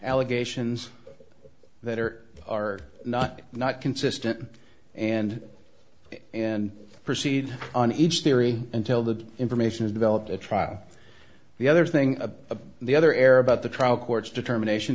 allegations that are are not not consistent and and proceed on each theory until the information is developed at trial the other thing a the other error about the trial court's determination